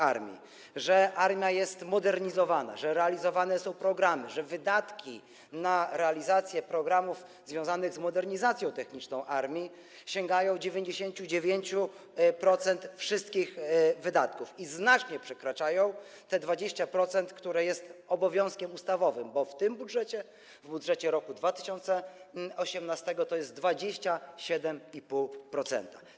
Armia jest modernizowana, realizowane są programy, wydatki na realizację programów związanych z modernizacją techniczną armii sięgają 99% wszystkich wydatków i znacznie przekraczają te 20%, które jest obowiązkiem ustawowym, bo w tym budżecie, w budżecie roku 2018, to jest 27,5%.